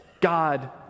God